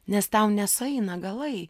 nes tau nesueina galai